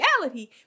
reality